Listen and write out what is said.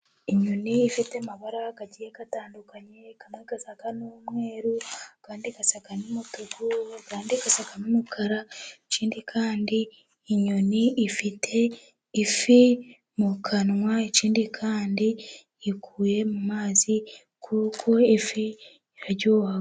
Inyoni ifite amabara agiye atandukanye asa n'umweru, andi asa n'umutuku, andi asa n'umukara, ikindi kandi inyoni ifite ifi mu kanwa ,ikindi kandi iyikuye mu mazi kuko ifi iraryoha.